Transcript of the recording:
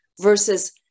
versus